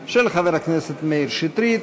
של חבר הכנסת מאיר שטרית,